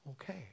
Okay